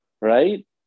right